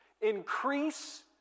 Increase